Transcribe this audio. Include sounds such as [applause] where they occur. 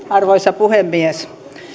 [unintelligible] arvoisa puhemies